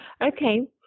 Okay